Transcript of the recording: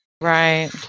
Right